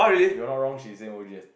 if I'm not wrong she's same O_G as